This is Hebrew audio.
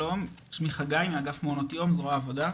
שלום שמי חגי מאגף מעונות יום זרוע העבודה.